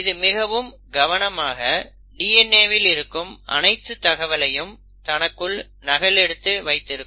இது மிகவும் கவனமாக DNA வில் இருக்கும் அனைத்து தகவலையும் தனக்குள் நகலெடுத்து வைத்திருக்கும்